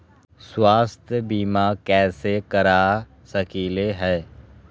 स्वाथ्य बीमा कैसे करा सकीले है?